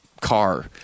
car